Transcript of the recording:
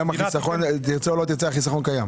החיסכון קיים.